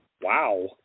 Wow